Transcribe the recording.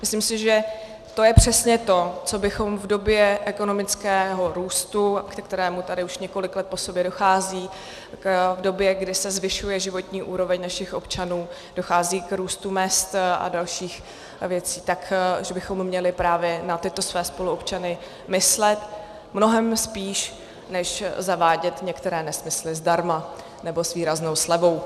Myslím si, že to je přesně to, co bychom v době ekonomického růstu, ke kterému tady už několik let po sobě dochází, v době, kdy se zvyšuje životní úroveň našich občanů, dochází k růstu mezd a dalších věcí, tak že bychom měli právě na tyto své spoluobčany myslet mnohem spíš než zavádět některé nesmysly zdarma nebo s výraznou slevou.